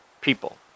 people